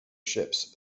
ships